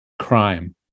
Crime